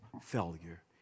Failure